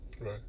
Right